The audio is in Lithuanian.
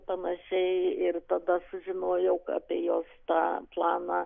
panašiai ir tada sužinojau apie jos tą planą